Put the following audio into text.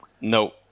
No